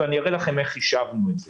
אראה לכם איך חישבנו את זה.